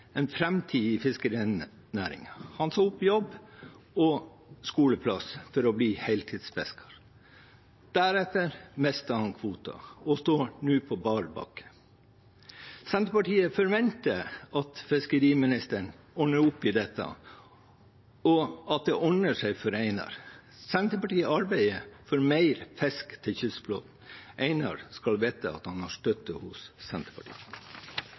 framtid i fiskerinæringen. Han sa opp jobben og ga fra seg skoleplassen for å bli kystfisker. Deretter mistet han kvoten og står nå på bar bakke. Senterpartiet forventer at fiskeriministeren ordner opp i dette, og at det ordner seg for Einar. Senterpartiet arbeider for mer fisk til kystflåten. Einar skal vite at han har støtte hos Senterpartiet.